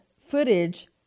footage